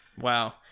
Wow